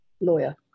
lawyer